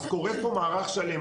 קורה פה מערך שלם.